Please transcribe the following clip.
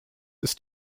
ist